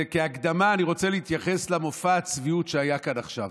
וכהקדמה אני רוצה להתייחס למופע הצביעות שהיה כאן עכשיו.